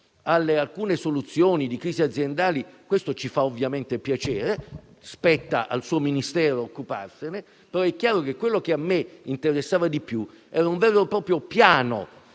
ad alcune soluzioni di crisi aziendali, ci fa ovviamente piacere, spetta al suo Ministero occuparsene, ma è chiaro che quello che a me interessava di più era un vero e proprio piano